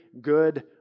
good